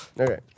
Okay